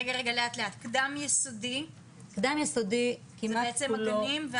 רגע רגע, לאט לאט, קדם יסודי זה בעצם הגנים.